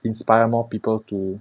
inspire more people to